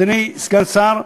אדוני סגן השר,